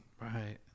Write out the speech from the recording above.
right